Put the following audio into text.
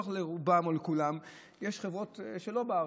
לרוב חברות הביטוח או לכולן יש חברות שהן לא בארץ,